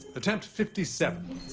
attempt fifty seven.